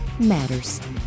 matters